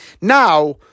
Now